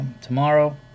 tomorrow